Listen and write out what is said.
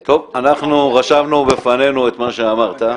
טוב, אנחנו רשמנו בפנינו את מה שאמרת.